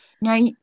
Now